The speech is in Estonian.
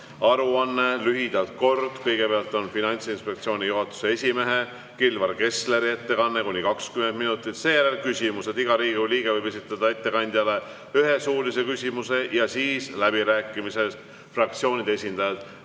aruanne. Lühidalt kord. Kõigepealt on Finantsinspektsiooni juhatuse esimehe Kilvar Kessleri ettekanne kuni 20 minutit, seejärel küsimused. Iga Riigikogu liige võib esitada ettekandjale ühe suulise küsimuse. Ja siis on läbirääkimised, fraktsioonide esindajad.